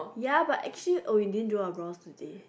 ya but actually oh you didn't draw your brows today